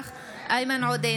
אינו נוכח איימן עודה,